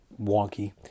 Wonky